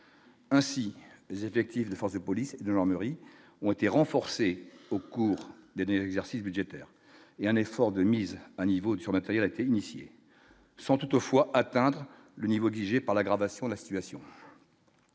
Ainsi, les effectifs des forces de police de gens meurent, ils ont été renforcés au cours des exercices budgétaires et un effort de mise à niveau sur l'intérieur été initié, sans toutefois atteindre le niveau exigé par l'aggravation de la situation.